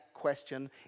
question